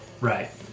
Right